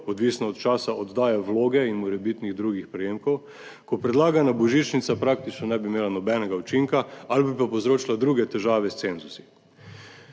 odvisno od časa oddaje vloge in morebitnih drugih prejemkov, ko predlagana božičnica praktično ne bi imela nobenega učinka ali bi pa povzročila druge težave s cenzusi.